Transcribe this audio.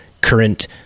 current